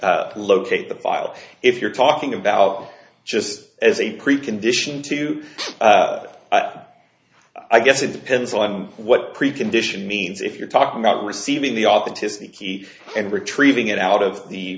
locate the file if you're talking about just as a precondition to i guess it depends on what precondition means if you're talking about receiving the authenticity and retrieving it out of the